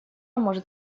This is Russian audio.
может